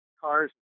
cars